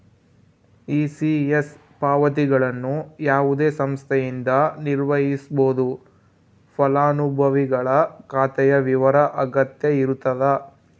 ECS ಪಾವತಿಗಳನ್ನು ಯಾವುದೇ ಸಂಸ್ಥೆಯಿಂದ ನಿರ್ವಹಿಸ್ಬೋದು ಫಲಾನುಭವಿಗಳ ಖಾತೆಯ ವಿವರ ಅಗತ್ಯ ಇರತದ